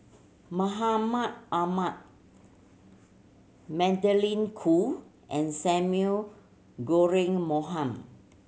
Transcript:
Mahmud Ahmad Magdalene Khoo and Samuel Bonham